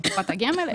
בקופות הגמל,